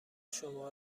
شما